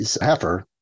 heifer